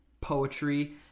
poetry